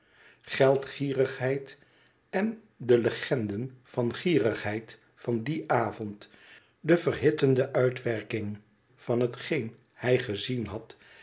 geldgierigheid en de legenden van gierigheid van dien avond de verhittende uitwerking van hetgeen hij gezien had